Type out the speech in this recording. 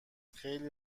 خیلی